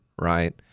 right